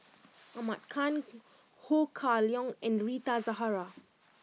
Ahmad Khan Ho Kah Leong and Rita Zahara